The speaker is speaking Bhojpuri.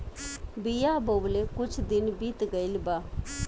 बिया बोवले कुछ दिन बीत गइल बा